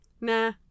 Nah